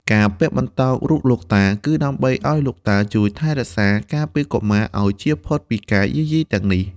ការពាក់បន្តោងរូបលោកតា គឺដើម្បីឱ្យលោកតាជួយថែរក្សា ការពារកុមារឱ្យជៀសផុតពីការយាយីទាំងនោះ។